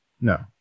No